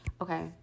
Okay